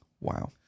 Wow